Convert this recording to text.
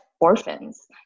orphans